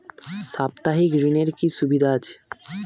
সাপ্তাহিক ঋণের কি সুবিধা আছে?